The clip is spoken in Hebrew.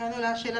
כאן עולה שאלה.